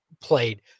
played